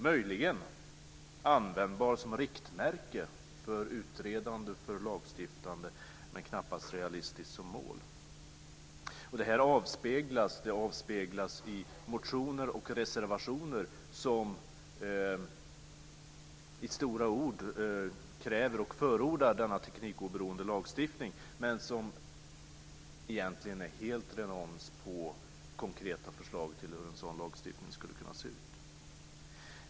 Möjligen är den användbar som riktmärke för utredande och lagstiftande, men knappast realistisk som mål. Det här avspeglas i motioner och reservationer som i stora ord kräver och förordar denna teknikoberoende lagstiftning, men som egentligen är helt renons på konkreta förslag till hur en sådan lagstiftning skulle kunna se ut.